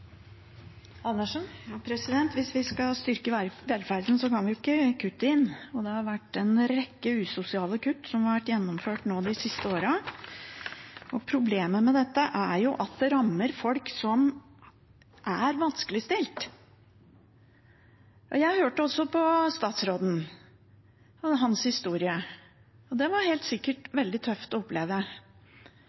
Hvis vi skal styrke velferden, kan vi ikke kutte i den. Det har vært gjennomført en rekke usosiale kutt nå de siste årene. Problemet med dette er at det rammer folk som er vanskeligstilte. Jeg hørte på statsråden og hans historie, og det var helt sikkert veldig tøft å oppleve.